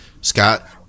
Scott